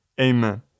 amen